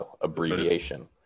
abbreviation